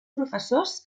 professors